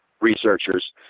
researchers